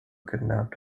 kidnapped